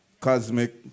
Cosmic